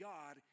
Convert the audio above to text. God